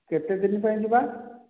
କେତେ ଦିନ ପାଇଁ ଯିବା